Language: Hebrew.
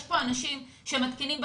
יש כאן אנשים שמתקינים בצפון,